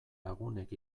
lagunek